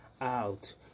out